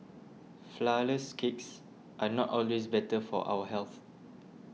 Flourless Cakes are not always better for our health